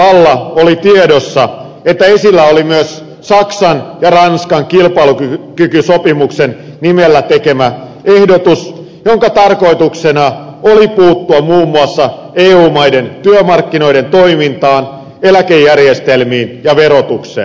kokouksen alla oli tiedossa että esillä olisi myös saksan ja ranskan kilpailukykysopimuksen nimellä tekemä ehdotus jonka tarkoituksena oli puuttua muun muassa eu maiden työmarkkinoiden toimintaan eläkejärjestelmiin ja verotukseen